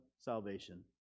salvation